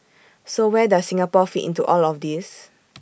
so where does Singapore fit into all this